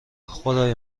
خدای